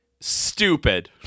stupid